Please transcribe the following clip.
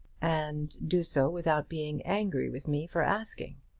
and do so without being angry with me for asking.